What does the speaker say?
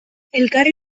elkarri